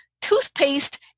toothpaste